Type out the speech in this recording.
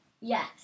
Yes